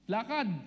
Lakad